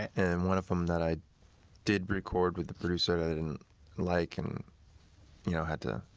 and one of them that i did record with the producer that i didn't like, and you know had to